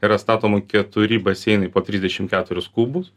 yra statoma keturi baseinai po trisdešim keturis kubus